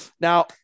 Now